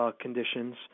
conditions